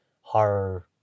horror